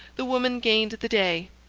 the woman gained the day.